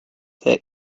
their